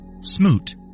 Smoot